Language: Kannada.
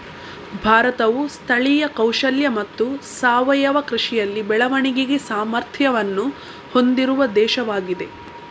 ಭಾರತವು ಸ್ಥಳೀಯ ಕೌಶಲ್ಯ ಮತ್ತು ಸಾವಯವ ಕೃಷಿಯಲ್ಲಿ ಬೆಳವಣಿಗೆಗೆ ಸಾಮರ್ಥ್ಯವನ್ನು ಹೊಂದಿರುವ ದೇಶವಾಗಿದೆ